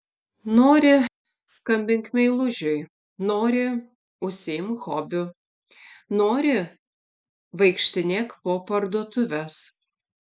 nori skambink meilužiui nori užsiimk hobiu nori vaikštinėk po parduotuves